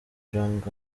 jong